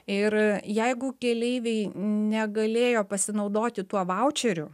ir jeigu keleiviai negalėjo pasinaudoti tuo vaučeriu